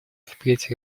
впредь